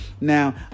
Now